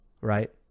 right